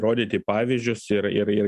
rodyti pavyzdžius ir ir ir